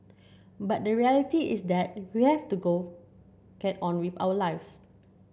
but the reality is that we have to go get on with our lives